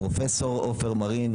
פרופ' עופר מרין,